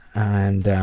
and,